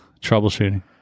Troubleshooting